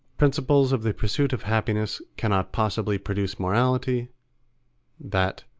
principles of the pursuit of happiness cannot possibly produce morality that,